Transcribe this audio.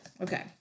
Okay